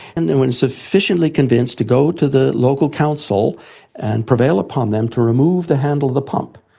and then when sufficiently convinced, to go to the local council and prevail upon them to remove the handle of the pump,